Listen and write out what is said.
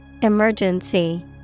Emergency